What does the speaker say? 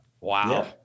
Wow